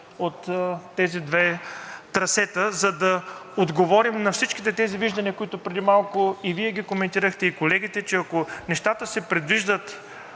от тези две трасета, за да отговорим на всичките тези виждания, които и Вие преди малко, и Вие ги коментирахте, и колегите – че ако нещата се предвиждат